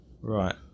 Right